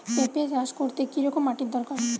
পেঁপে চাষ করতে কি রকম মাটির দরকার?